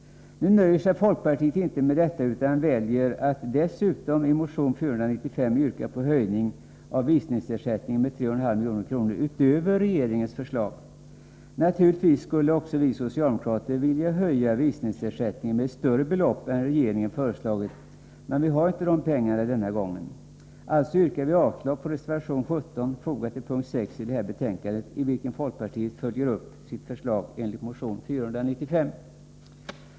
Folkpartiet nöjer sig inte med detta utan väljer att i motion 495 yrka på en höjning av visningsersättningen med 3,5 milj.kr. utöver regeringens förslag. Naturligtvis skulle också vi socialdemokrater vilja höja visningsersättningen med ett större belopp än regeringen föreslagit, men vi har inte tillräckliga medel för att göra det denna gång. Vi avstyrker därför reservation 17, som avser punkt 6 i betänkandet, i vilken folkpartiet följer upp sitt förslag enligt motion 495.